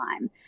time